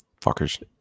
fuckers